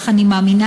כך אני מאמינה,